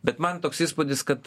bet man toks įspūdis kad